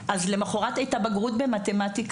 אז למחרת הייתה בגרות במתמטיקה,